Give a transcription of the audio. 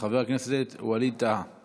חבר הכנסת ווליד טאהא